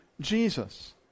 Jesus